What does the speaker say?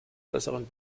besseren